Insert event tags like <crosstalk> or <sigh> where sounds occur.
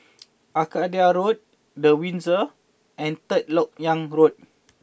<noise> Arcadia Road The Windsor and Third Lok Yang Road